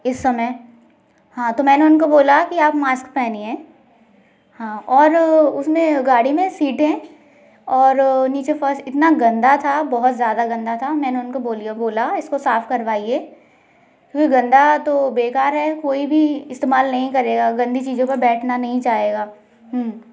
इस समय हाँ तो मैंने उनको बोला कि आप मास्क पहनिए हाँ और अ उसमें गाड़ी में सीटें और नीचे फर्श इतना गंदा था बहुत ज्यादा गंदा था मैंने उनको बोलिए बोला इसको साफ करवाइए फिर गंदा तो बेकार है कोई भी इस्तेमाल नहीं करेगा गंदी चीजों पर बैठना नहीं चाहेगा